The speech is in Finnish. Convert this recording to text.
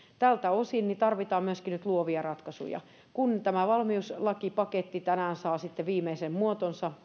tältä osin tarvitaan nyt myöskin luovia ratkaisuja kun tämä valmiuslakipaketti tänään saa sitten viimeisen muotonsa